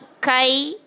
kai